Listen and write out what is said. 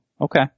okay